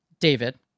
david